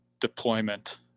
deployment